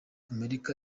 amerika